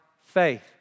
faith